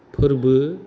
फोरबो